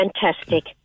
fantastic